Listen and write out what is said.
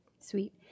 Sweet